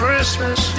Christmas